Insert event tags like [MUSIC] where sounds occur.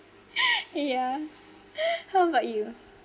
[LAUGHS] yeah [LAUGHS] how about you